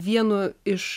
vienu iš